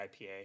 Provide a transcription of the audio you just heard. IPA